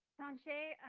tawnshi.